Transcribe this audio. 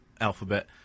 alphabet